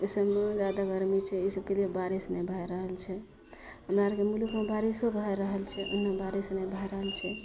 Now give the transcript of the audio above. ईसबमे जादा गरमी छै ईसबके लिए बारिश नहि भै रहल छै हमरा आओरके मुलुकमे बारिशो भै रहल छै ओना बारिश नहि भै रहल छै